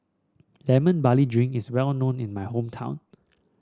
Lemon Barley Drink is well known in my hometown